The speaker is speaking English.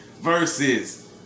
versus